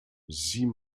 sieh